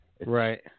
Right